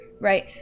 right